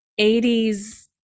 80s